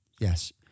Yes